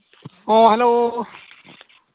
ᱦᱮᱸ ᱦᱮᱞᱳ